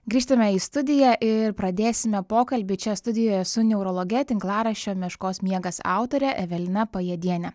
grįžtame į studiją ir pradėsime pokalbį čia studijoje su neurologe tinklaraščio meškos miegas autorė evelina pajėdiene